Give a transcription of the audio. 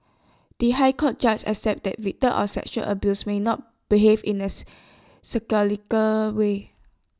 the High Court judge accepted that victims of sexual abuse may not behave in A way